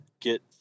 get